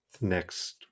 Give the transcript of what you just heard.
next